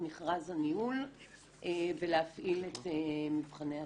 מכרז הניהול ולהפעיל את מבחני התמיכה.